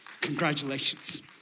Congratulations